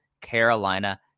Carolina